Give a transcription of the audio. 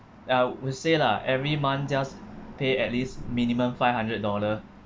I will say lah every month just pay at least minimum five hundred dollar